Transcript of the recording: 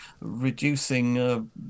reducing